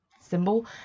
symbol